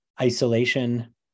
isolation